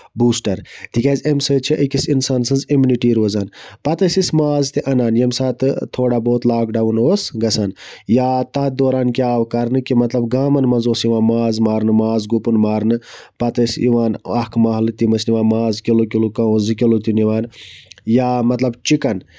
booster تِکیازِ اَمہِ سۭتۍ چھُ أکِس اِنسان سٕنز اٮ۪منِٹی روزان پَتہٕ ٲسۍ أسۍ ماز تہِ اَنان ییٚمہِ ساتہٕ تھوڑا بہت لاکڈوُن اوس گژھان یا تَتھ دوران کیاہ آو کرنہٕ کہِ مطلب گامَن منٛز اوس یِوان ماز مارنہٕ ماز گُپُن مارنہٕ پَتہٕ ٲسۍ یِوان اکھ محلہٕ تِم ٲسۍ نِوان ماز کِلوٗ کِلوٗ کانہہ ٲسۍ زٕ کِلوٗ تہِ نِوان یا مطلب چِکَن